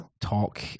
talk